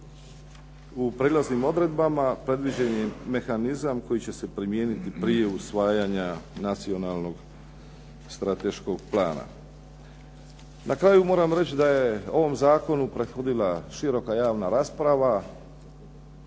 U prijelaznim odredbama predviđen je mehanizam koji će primijeniti prije usvajanja nacionalnog strateškog plana. Na kraju moram reći da je ovom zakonu prethodila široka javna rasprava